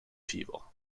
fibres